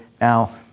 Now